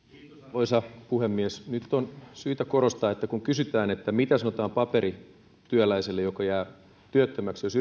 arvoisa puhemies nyt on syytä korostaa kun kysytään mitä sanotaan paperityöläiselle joka jää työttömäksi jos